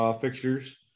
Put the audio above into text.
fixtures